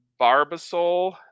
Barbasol